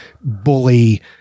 bully